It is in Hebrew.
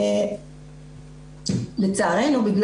לצערנו,